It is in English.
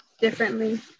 differently